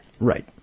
Right